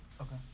Okay